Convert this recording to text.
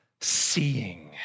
seeing